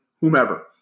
whomever